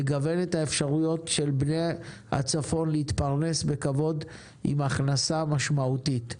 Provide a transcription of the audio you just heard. לגוון את האפשרויות של בני הצפון להתפרנס בכבוד עם הכנסה משמעותית.